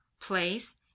place